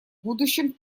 будущем